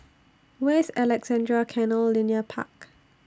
Where IS Alexandra Canal Linear Park